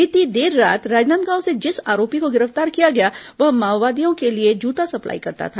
बीती देर रात राजनांदगांव से जिस आरोपी को गिरफ्तार किया गया वह माओवादियों के लिए जूता सप्ताई करता था